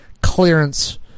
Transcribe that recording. clearance